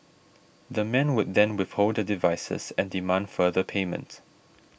the men would then withhold the devices and demand further payment